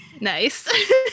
Nice